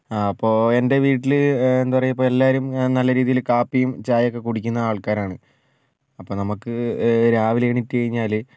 ആ അപ്പോൾ എന്റെ വീട്ടിൽ എന്താ പറയാ ഇപ്പോൾ എല്ലാവരും നല്ല രീതിയിൽ കാപ്പിയും ചായയൊക്കെ കുടിക്കുന്ന ആൾക്കാരാണ് അപ്പോൾ നമുക്ക് രാവിലെ എണീറ്റ് കഴിഞ്ഞാൽ